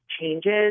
changes